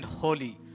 holy